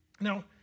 Now